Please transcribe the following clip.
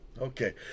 Okay